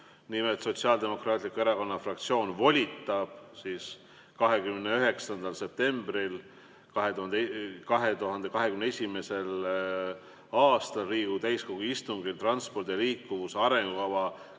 Nimelt, Sotsiaaldemokraatliku Erakonna fraktsioon volitab 29. septembril 2021. aastal Riigikogu täiskogu istungil "Transpordi ja liikuvuse arengukava